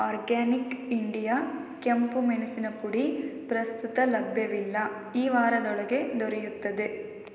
organic India ಕೆಂಪು ಮೆಣಸಿನ ಪುಡಿ ಪ್ರಸ್ತುತ ಲಭ್ಯವಿಲ್ಲ ಈ ವಾರದೊಳಗೆ ದೊರೆಯುತ್ತದೆ